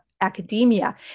academia